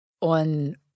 On